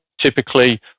typically